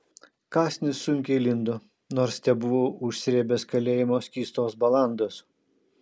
kąsnis sunkiai lindo nors tebuvau užsrėbęs kalėjimo skystos balandos